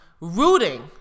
rooting